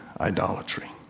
idolatry